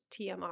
tmr